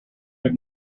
have